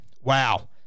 wow